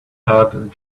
add